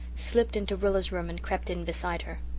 slipped into rilla's room, and crept in beside her.